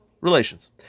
Relations